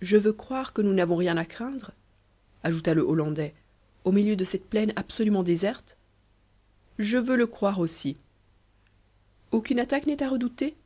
je veux croire que nous n'avons rien à craindre ajouta le hollandais au milieu de cette plaine absolument déserte je veux le croire aussi aucune attaque n'est à redouter